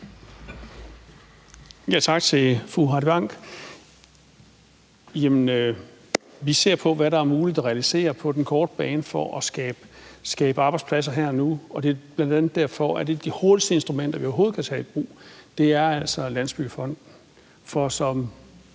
Tak til fru Heidi Bank. Vi ser på, hvad der er muligt at realisere på den korte bane for at skabe arbejdspladser her og nu, og det er bl.a. derfor, at et af de hurtigste instrumenter, vi overhovedet kan tage i brug, altså er Landsbyggefonden,